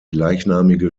gleichnamige